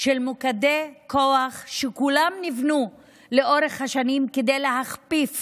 של מוקדי כוח שכולם נבנו לאורך השנים כדי להכפיף